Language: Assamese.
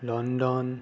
লণ্ডণ